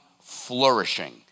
flourishing